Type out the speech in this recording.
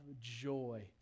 joy